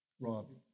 Robbie